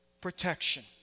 protection